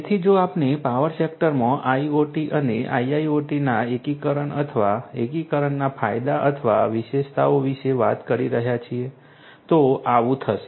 તેથી જો આપણે પાવર સેક્ટરમાં IoT અને IIoT ના એકીકરણ અથવા એકીકરણના ફાયદા અથવા વિશેષતાઓ વિશે વાત કરી રહ્યા છીએ તો આવું થશે